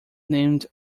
named